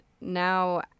now